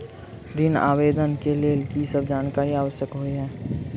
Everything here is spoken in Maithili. ऋण आवेदन केँ लेल की सब जानकारी आवश्यक होइ है?